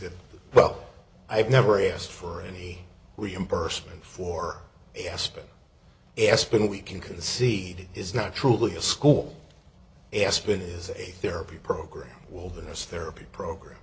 that well i've never asked for any reimbursement for aspect espen we can concede is not truly a school aspin is a therapy program well this therapy program